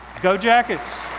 go jackets!